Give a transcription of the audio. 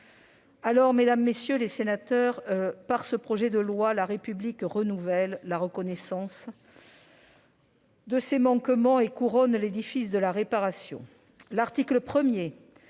Mesdames, messieurs les sénateurs, par ce projet de loi, la République renouvelle la reconnaissance de ses manquements et couronne l'édifice de réparation. L'article 1